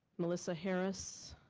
melissa harris?